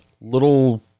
little